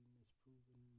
misproven